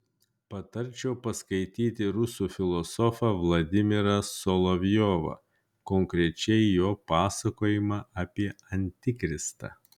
patarčiau paskaityti rusų filosofą vladimirą solovjovą konkrečiai jo pasakojimą apie antikristą